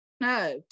no